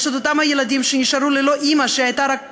יש ילדים שנשארו ללא אימא שהייתה כל עולמם,